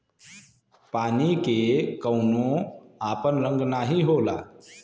पानी के कउनो आपन रंग नाही होला